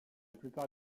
plupart